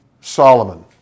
Solomon